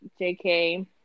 JK